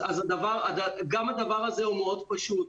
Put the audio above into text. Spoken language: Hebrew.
גם הדבר הזה הוא מאוד פשוט.